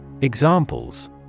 Examples